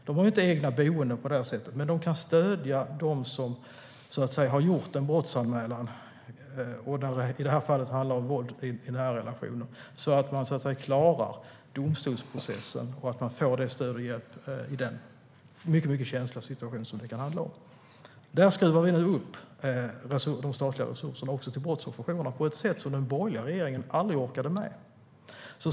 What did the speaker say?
De har inte egna boenden på det sättet, men de kan stödja dem som har gjort en brottsanmälan - i det här fallet handlar det då om våld i nära relationer - så att man klarar domstolsprocessen och får stöd och hjälp i den mycket känsliga situation som det kan handla om. Där skruvar vi nu upp de statliga resurserna också till brottsofferjourerna på ett sätt som den borgerliga regeringen aldrig orkade med.